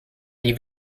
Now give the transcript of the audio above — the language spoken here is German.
die